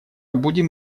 будем